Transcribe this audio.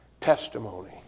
testimony